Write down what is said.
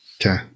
okay